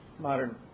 modern